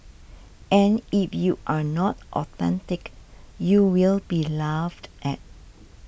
and if you are not authentic you will be laughed at